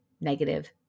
negative